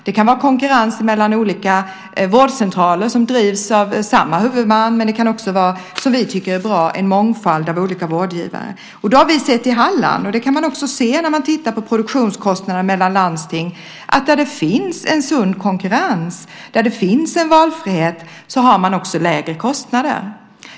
Det kan vara konkurrens mellan olika vårdcentraler som drivs av samma huvudman, men det kan också vara - vilket vi tycker är bra - en mångfald av olika vårdgivare. Vi har sett i Halland, och det kan man se även när man tittar på produktionskostnaderna i andra landsting, att när det finns en sund konkurrens, när det finns en valfrihet, då har man också lägre kostnader.